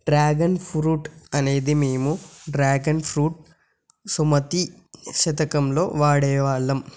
dragon fruit అనేది మేము dragon fruit సుమతి శతకంలో వాడేవాళ్ళం